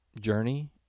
journey